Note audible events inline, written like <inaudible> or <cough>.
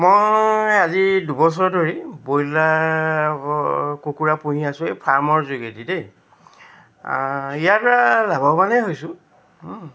মই আজি দুবছৰ ধৰি ব্ৰইলাৰ <unintelligible> কুকুৰা পুহি আছোঁ এই ফাৰ্মৰ যোগেদি দেই ইয়াৰ দ্বাৰা লাভৱানেই হৈছোঁ